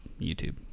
YouTube